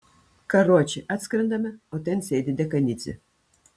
karoče atskrendame o ten sėdi dekanidzė